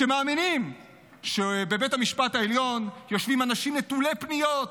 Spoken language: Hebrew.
שמאמינים שבבית המשפט העליון יושבים אנשים נטולי פניות,